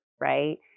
right